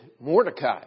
Mordecai